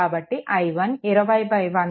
కాబట్టి i1 20 100